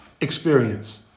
experience